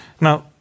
Now